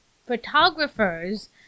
photographers